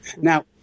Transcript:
Now